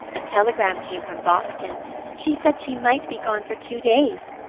a telegram came from boston she said she might be gone for two days.